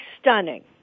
stunning